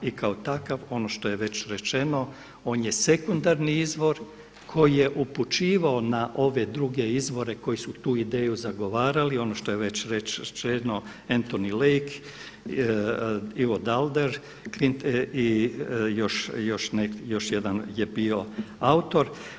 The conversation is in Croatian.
I kao takav ono što je već rečeno on je sekundarni izvor koji je upućivao na ove druge izvore koji su tu ideju zagovarali, ono što je već rečeno Antohony Lake, Ivo Daalder, … i još jedan je bio autor.